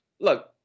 Look